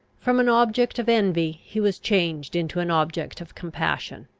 from an object of envy he was changed into an object of compassion.